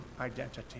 identity